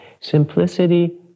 Simplicity